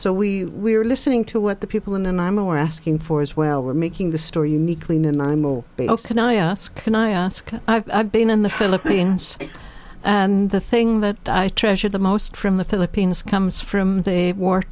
so we are listening to what the people in and i'm aware asking for as well we're making the story uniquely minimal can i ask can i ask i've been in the philippines and the thing that i try sure the most from the philippines comes from the war